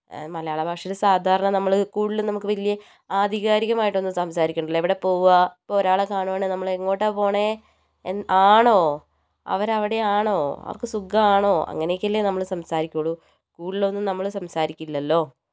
മലയാള ഭാഷയിൽ സാധാരണ നമ്മൾ കൂടുതൽ നമുക്ക് വലിയ ആധികാരികമായിട്ടൊന്നും സംസാരിക്കണ്ടല്ലോ എവിടെ പോകാ ഇപ്പോൾ ഒരാളെ കാണുകയാണെങ്കിൽ നമ്മൾ എങ്ങോട്ടാണ് പോണേ ആണോ അവർ അവിടെ ആണോ അവർക്ക് സുഖമാണോ അങ്ങനെയൊക്കെയല്ലേ നമ്മൾ സംസാരിക്കുകയുളളൂ കൂടുതൽ ഒന്നും നമ്മൾ സംസാരിക്കില്ലല്ലോ